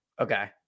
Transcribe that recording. okay